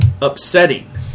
upsetting